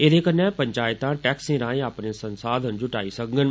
एदे कन्नै पंचायतां टैक्सें रांए अपने संसाधन जुटाई सकगंन